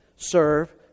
Serve